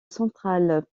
central